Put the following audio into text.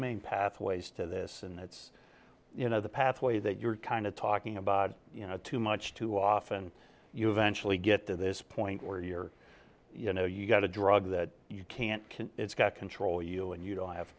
main pathways to this and it's you know the pathway that you're kind of talking about you know too much too often you eventually get to this point where you're you know you've got a drug that you can't control you and you don't have